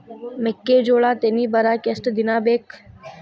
ಮೆಕ್ಕೆಜೋಳಾ ತೆನಿ ಬರಾಕ್ ಎಷ್ಟ ದಿನ ಬೇಕ್?